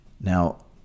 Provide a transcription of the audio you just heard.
Now